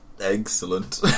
Excellent